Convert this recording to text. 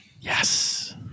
Yes